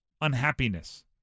unhappiness